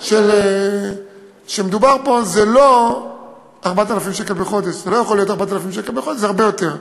זה לא יכול להיות 4,000 שקל בחודש, זה הרבה יותר.